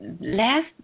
last